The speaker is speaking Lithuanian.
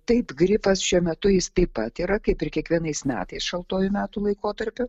taip gripas šiuo metu jis taip pat yra kaip ir kiekvienais metais šaltuoju metų laikotarpiu